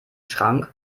schrank